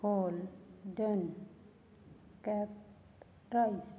holden caprice